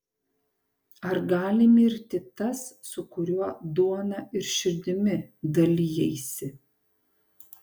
ar gali mirti tas su kuriuo duona ir širdimi dalijaisi